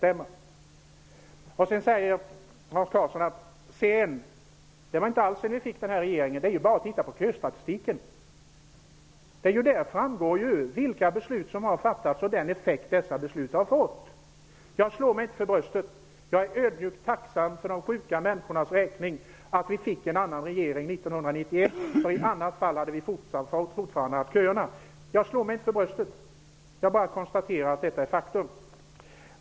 Hans Karlsson sade att det inte alls är sedan vi fick den nuvarande regeringen som köerna har minskat. Det är bara att titta på köstatistiken! Där framgår ju vilka beslut som har fattats och vilka effekter dessa har fått. Jag slår mig inte alls för bröstet. Jag är ödmjukt tacksam för de sjuka människornas räkning att vi fick en annan regering 1991. I annat fall hade vi fortfarande haft köerna kvar. Jag slår mig inte för bröstet; jag konstaterar bara att detta är ett faktum.